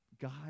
god